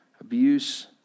abuse